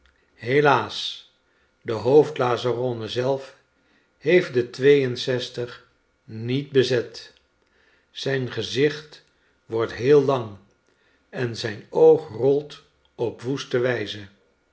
helaas de hoofd lazzarone zelf heeft de twee en zestig niet bezet zijn gezicht wordt heel lang en zijn oog rolt op woeste wijze